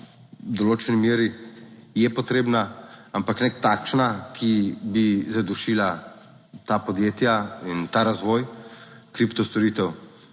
določeni meri je potrebna, ampak ne takšna, ki bi zadušila ta podjetja in ta razvoj Kripto storitev,